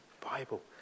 Bible